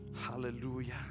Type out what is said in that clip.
Hallelujah